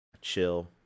Chill